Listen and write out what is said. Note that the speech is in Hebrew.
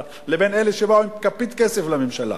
לבין אלה שגדלו עם כפית כסף ובאו לממשלה.